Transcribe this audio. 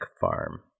farm